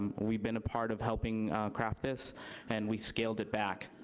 um we've been a part of helping craft this and we scaled it back.